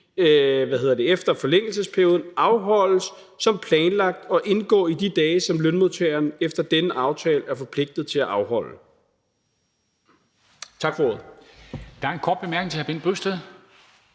efter forlængelsesperioden, afholdes som planlagt og indgår i de dage, som lønmodtageren efter denne aftale er forpligtet til at afholde. Tak for ordet. Kl. 16:29 Formanden (Henrik